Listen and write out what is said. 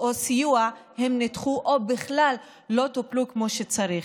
או סיוע נדחו או בכלל לא טופלו כמו שצריך.